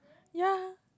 ya